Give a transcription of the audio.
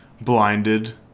blinded